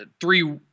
three